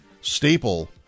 staple